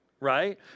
right